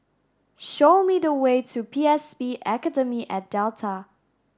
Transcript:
show me the way to P S B Academy at Delta